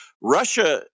Russia